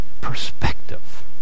perspective